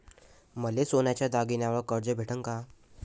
मले सोन्याच्या दागिन्यावर कर्ज भेटन का?